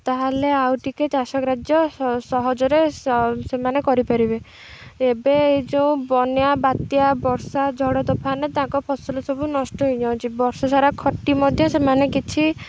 ତାହେଲେ ଆଉ ଟିକେ ଚାଷ କାର୍ଯ୍ୟ ସହଜରେ ସେମାନେ କରିପାରିବେ ଏବେ ଏଇ ଯେଉଁ ବନ୍ୟା ବାତ୍ୟା ବର୍ଷା ଝଡ଼ ତଫାନରେ ତାଙ୍କ ଫସଲ ସବୁ ନଷ୍ଟ ହୋଇଯାଉଛି ବର୍ଷା ସାରା ଖଟି ମଧ୍ୟ ସେମାନେ କିଛି